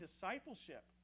discipleship